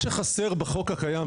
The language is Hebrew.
מה שחסר בחוק הקיים,